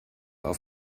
auf